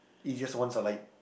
easiest ones are like